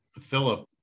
Philip